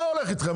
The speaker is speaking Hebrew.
מה הולך איתכם?